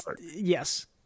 Yes